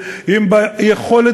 נתונים.